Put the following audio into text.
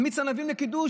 על מיץ ענבים לקידוש,